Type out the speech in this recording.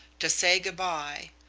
to say good-by.